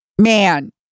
man